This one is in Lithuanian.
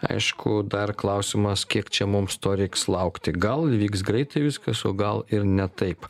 aišku dar klausimas kiek čia mums to reiks laukti gal įvyks greitai viskas o gal ir ne taip